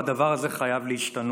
הדבר הזה חייב להשתנות.